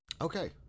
okay